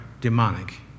demonic